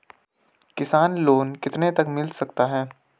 किसान लोंन कितने तक मिल सकता है?